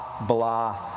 blah